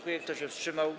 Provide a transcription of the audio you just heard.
Kto się wstrzymał?